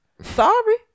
Sorry